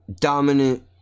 dominant